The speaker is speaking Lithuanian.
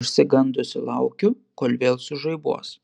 išsigandusi laukiu kol vėl sužaibuos